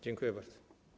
Dziękuję bardzo.